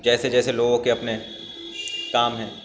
جیسے جیسے لوگوں کے اپنے کام ہیں